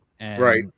Right